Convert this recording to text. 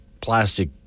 Plastic